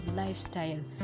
lifestyle